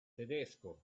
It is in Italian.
tedesco